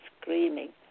screaming